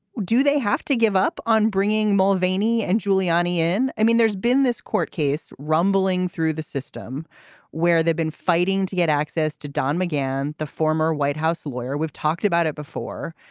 do they have to give up on bringing mulvany and giuliani in? i mean, there's been this court case rumbling through the system where they've been fighting to get access to don mcgann, the former white house lawyer. we've talked about it before.